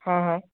ହଁ ହଁ